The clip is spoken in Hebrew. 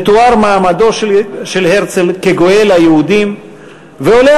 מתואר מעמדו של הרצל כגואל היהודים ועולה